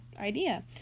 idea